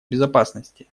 безопасности